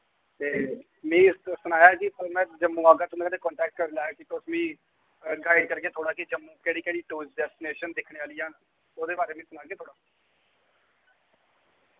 ते मिगी सनाया कि में जम्मू आगा तुं'दे कन्नै कांटैक्ट करी लैग कि तुस मिगी गाइड करगे थोह्ड़ा कि जम्मू केह्ड़ी केह्ड़ी कोई डैस्टीनेशन दिक्खने आह्लियां ओह्दे बारे मिगी सनागे